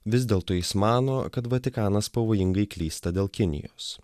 vis dėlto jis mano kad vatikanas pavojingai klysta dėl kinijos